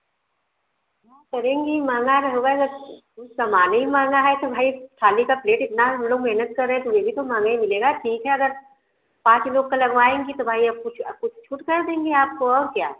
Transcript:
करेंगी महँगा रहबे जब सामान ही महँगा है तो भाई थाली का प्लेट इतना हम लोग मेहनत कर रहे हैं तो यह भी तो महँगा ही मिलेगा ठीक है अगर पाँच लोग का लगवाएँगी तो भाई अब कुछ कुछ छूट कर देंगी आपको और क्या